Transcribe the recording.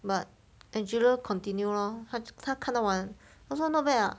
but angela continue lor 看她看到完她说 not bad [what]